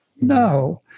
No